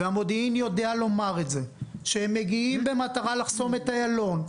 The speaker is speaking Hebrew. והמודיעין יודע לומר את זה שהם מגיעים במטרה לחסום את איילון,